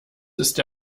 ist